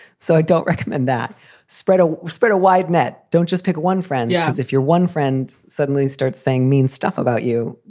so i don't recommend that spread a spread a wide net. don't just pick one friend. yeah if you're one. friend suddenly starts saying mean stuff about you.